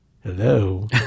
Hello